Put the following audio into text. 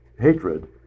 hatred